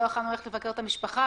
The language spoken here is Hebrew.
לא יכולנו לבקר את המשפחה,